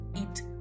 eat